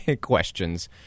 questions